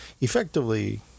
Effectively